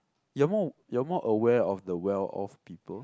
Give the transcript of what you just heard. you are more you are more aware of the well off people